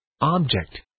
Object